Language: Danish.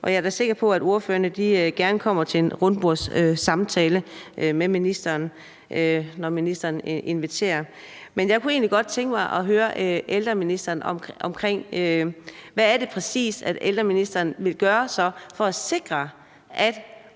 Og jeg er da sikker på, at ordførerne gerne kommer til en rundbordssamtale med ministeren, når ministeren inviterer. Men jeg kunne egentlig godt tænke mig at høre ældreministeren: Hvad er det præcis, ældreministeren så vil gøre for at sikre, at